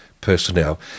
personnel